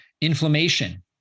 Inflammation